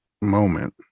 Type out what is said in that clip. moment